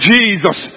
Jesus